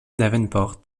davenport